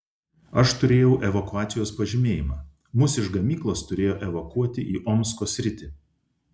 aš turėjau evakuacijos pažymėjimą mus iš gamyklos turėjo evakuoti į omsko sritį